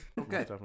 Okay